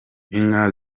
inka